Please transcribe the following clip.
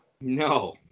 No